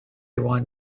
one